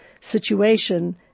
situation